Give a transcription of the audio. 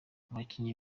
abakinnyi